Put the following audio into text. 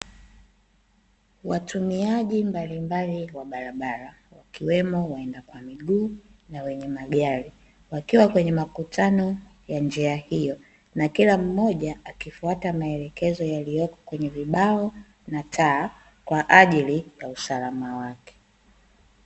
Watumiaji mbalimbali wa barabara wakiwemo waenda kwa miguu na wenye magari, wakiwa kwenye makutano ya njia hiyo na kila mmoja akifuata maelekezo yaliyopo kwenye vibao na taa, kwaajili ya usalama wake.